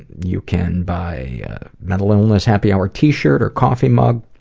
you can buy a mental illness happy hour t-shirt or coffee mug,